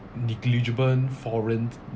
negligible foreign